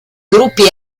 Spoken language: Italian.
gruppi